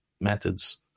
methods